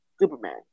Superman